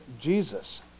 Jesus